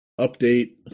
Update